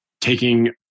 taking